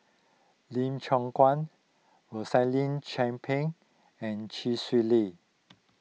Lee Choon Guan Rosaline Chan Pang and Chee Swee Lee